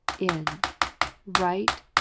in right,